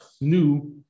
new